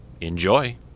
Enjoy